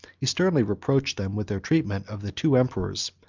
he sternly reproached them with their treatment of the two emperors,